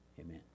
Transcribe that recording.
Amen